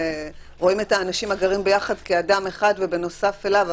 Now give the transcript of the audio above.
רואים את האנשים הגרים ביחד כאדם אחד ובנוסף אליו,